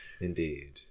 Indeed